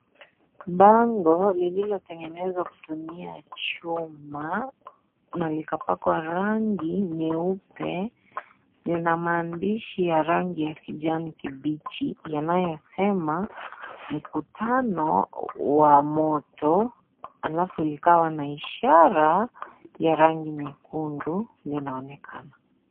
Pango lililotengenezwa kutumia chuma na likapakwa rangi nyeupe, lina maandishi ya rangi ya kijani kibichi yanayosema, mkutano wa moto, alafu likawa na ishara la rangi nyekundu linaonekana.